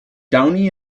downey